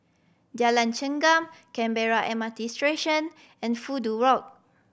Jalan Chengam Canberra M R T Station and Fudu Road